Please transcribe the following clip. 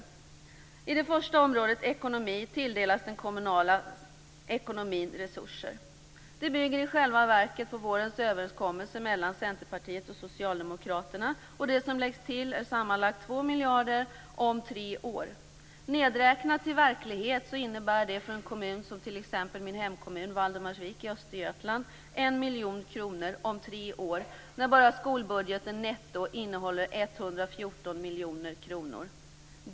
Inom det första området, ekonomin, tilldelas den kommunala ekonomin resurser. Det bygger i själva verket på vårens överenskommelse mellan Centerpartiet och Socialdemokraterna. Det som läggs till är sammanlagt 2 miljarder kronor om tre år. Omräknat i verkligheten innebär det för t.ex. min hemkommun, Valdemarsviks kommun i Östergötland, 1 miljon kronor om tre år - skolbudgeten netto innehåller 114 milj kr!